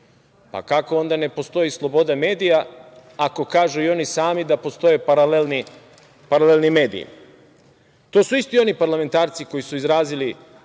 Kako onda ne postoji sloboda medija, ako kažu i oni sami da postoje paralelni mediji? To su isti oni parlamentarci koji su izrazili